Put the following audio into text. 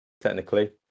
technically